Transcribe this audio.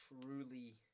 truly